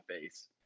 face